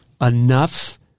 enough